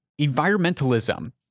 Environmentalism